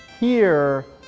here,